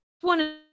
one